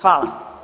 Hvala.